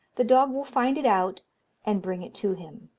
the dog will find it out and bring it to him.